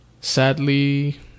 sadly